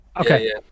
Okay